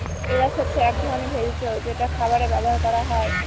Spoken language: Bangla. এলাচ হচ্ছে এক ধরনের ভেষজ যেটা খাবারে ব্যবহার করা হয়